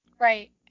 Right